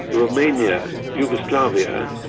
romania, yugoslavia,